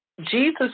Jesus